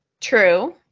True